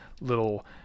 little